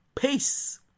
Peace